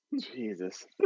jesus